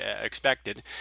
expected